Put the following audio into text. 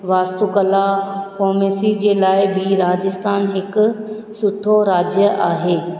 वास्तू कला फोमेसी जे लाए बि राजस्थान हिकु सुठो राज्य आहे